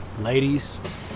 Ladies